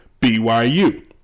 BYU